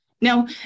Now